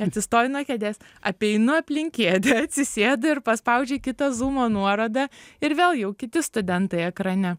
atsistoju nuo kėdes apeinu aplink kėdę atsisėdu ir paspaudžiu kitą zūmo nuorodą ir vėl jau kiti studentai ekrane